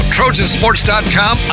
Trojansports.com